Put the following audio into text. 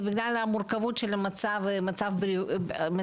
בגלל המורכבות של המצב הבריאותי.